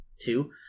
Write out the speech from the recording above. Two